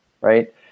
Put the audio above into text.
right